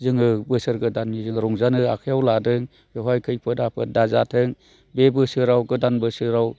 जोङो बोसोर गोदाननि जोङो रंजानो आखाइआव लादों बेवहाय खैफोद आफोद दाजाथों बे बोसोराव गोदान बोसोराव